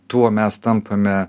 tuo mes tampame